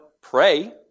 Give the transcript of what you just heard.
pray